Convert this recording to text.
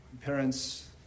Parents